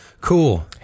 cool